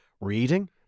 reading